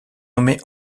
nommée